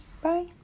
bye